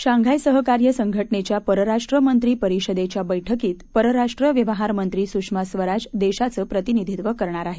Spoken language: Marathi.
शांघाय सहकार्य संघटनेच्या परराष्ट्र मंत्री परिषदेच्या बैठकीत परराष्ट्र व्यवहार मंत्री सुषमा स्वराज देशाचं प्रतिनिधीत्व करणार आहेत